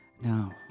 No